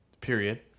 Period